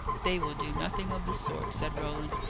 they will do nothing of the sort, said roland.